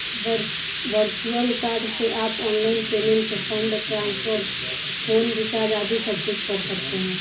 virtual card से आप online payment, fund transfer, phone recharge आदि सबकुछ कर सकते हैं